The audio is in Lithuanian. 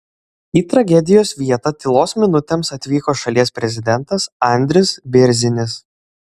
į tragedijos vietą tylos minutėms atvyko šalies prezidentas andris bėrzinis